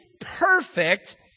perfect